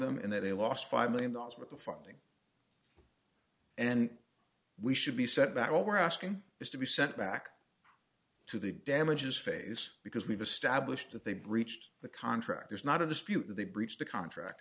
them in that they lost five million dollars with the funding and we should be set back all we're asking is to be sent back to the damages phase because we've established that they breached the contract there's not a dispute that they breached the contract